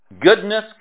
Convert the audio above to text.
goodness